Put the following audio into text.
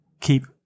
keep